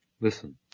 Listen